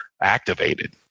activated